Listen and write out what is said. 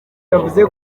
yavuze